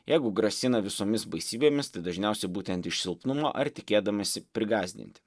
jeigu grasina visomis baisybėmis tai dažniausiai būtent iš silpnumo ar tikėdamiesi prigąsdinti